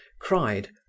cried